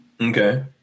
Okay